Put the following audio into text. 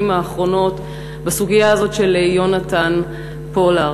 האחרונות בסוגיה הזאת של יונתן פולארד.